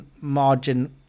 margin